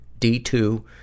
D2